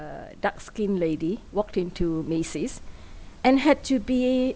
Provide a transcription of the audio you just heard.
uh dark skin lady walked into Macy's and had to be